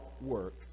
work